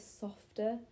softer